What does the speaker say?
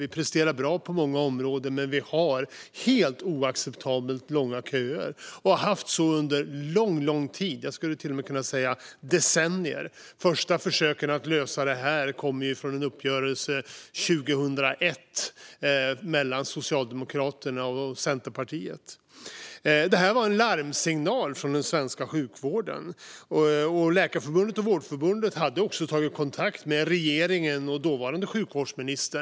Vi presterar bra på många områden, men vi har helt oacceptabelt långa köer och har så haft under lång tid - jag skulle till och med kunna säga decennier. De första försöken att lösa detta kom i en uppgörelse från 2001 mellan Socialdemokraterna och Centerpartiet. Det här var en larmsignal från den svenska sjukvården. Läkarförbundet och Vårdförbundet hade tagit kontakt med regeringen och dåvarande sjukvårdsminister.